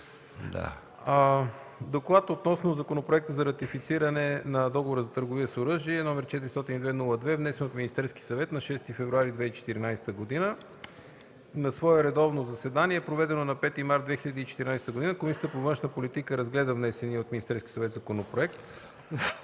„ДОКЛАД относно Законопроект за ратифициране на Договора за търговия с оръжие, № 402-02-2, внесен от Министерския съвет на 6 февруари 2014г. На редовно заседание, проведено на 5 март 2014 година, Комисията по външна политика разгледа внесения от Министерския съвет законопроект.